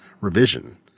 revision